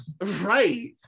Right